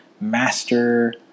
master